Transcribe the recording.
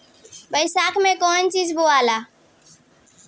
बैसाख मे कौन चीज बोवाला?